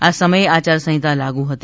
આ સમયે આચારસંહિતા લાગુ હતી